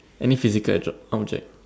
any physical object object